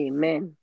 Amen